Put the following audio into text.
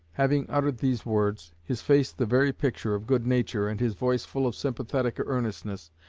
having uttered these words, his face the very picture of good-nature and his voice full of sympathetic earnestness,